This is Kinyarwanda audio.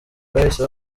bahise